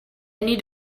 need